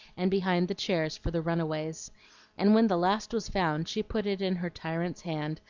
and behind the chairs for the run-aways and when the last was found she put it in her tyrant's hand,